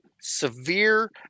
severe